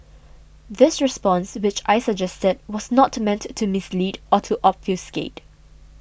this response which I suggested was not meant to mislead or to obfuscate